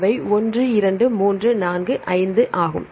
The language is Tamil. அவை 1 2 3 4 5 ஆகும்